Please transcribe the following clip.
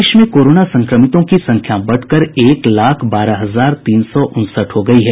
देश में कोरोना संक्रमितों की संख्या बढ़कर एक लाख बारह हजार तीन सौ उनसठ हो गयी है